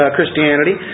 Christianity